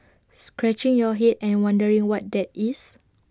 scratching your Head and wondering what that is